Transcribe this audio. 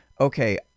okay